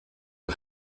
een